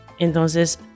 Entonces